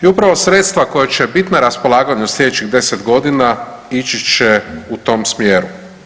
I upravo sredstva koja će biti na raspolaganju sljedećih 10 godina ići će u tom smjeru.